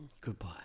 Goodbye